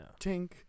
Tink